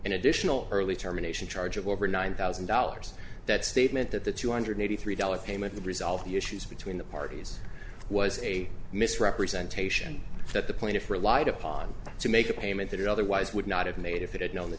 an additional early termination charge of over nine thousand dollars that statement that the two hundred eighty three dollars payment to resolve the issues between the parties was a misrepresentation that the plaintiff relied upon to make a payment that it otherwise would not have made if it had known the